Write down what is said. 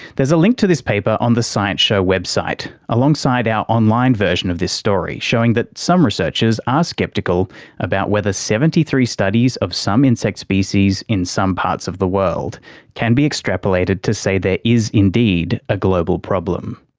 there's a link to this paper on the science show website, alongside our online version of this story, showing that some researchers are ah sceptical about whether seventy three studies of some insect species in some parts of the world can be extrapolated to say there is indeed a global problem